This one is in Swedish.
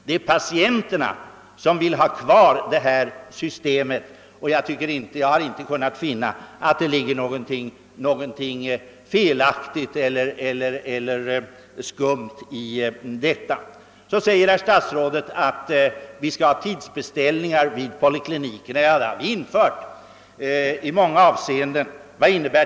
Det är patien terna som vill ha kvar detta system, och jag har inte kunnat finna att det ligger någonting felaktigt eller skumt i det. Nu säger statsrådet att man skall införa tidsbeställning vid poliklinikerna. Ja, det har man infört på många håll.